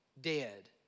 dead